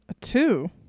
two